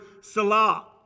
salah